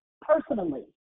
personally